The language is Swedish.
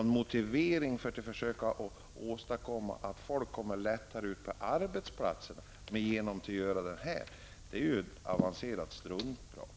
Att motivera detta med att det är ett försök att åstadkomma sådana förhållanden att folk lättare kommer ut på arbetsmarknaden är avancerat struntprat.